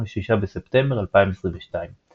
26 בספטמבר 2022 == הערות שוליים ====== הערות שוליים ==